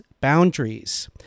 Boundaries